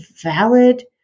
valid